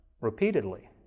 repeatedly